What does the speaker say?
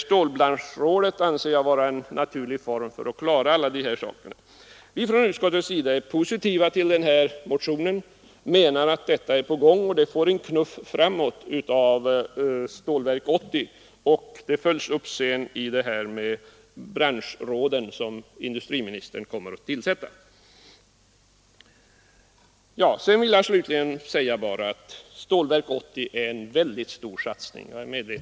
Stålbranschrådet anser jag vara ett lämpligt organ för att ta hand om de uppgifterna. Från utskottets sida är vi positiva till motionen. Vi menar att detta redan är på gång och att det får en knuff framåt av Stålverk 80. Strävandena följs sedan upp i branschrådet, som industriministern kommer att tillsätta. Slutligen vill jag bara säga att jag är medveten om att Stålverk 80 är en stor satsning.